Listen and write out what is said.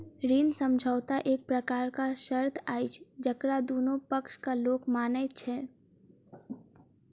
ऋण समझौता एक प्रकारक शर्त अछि जकरा दुनू पक्षक लोक मानैत छै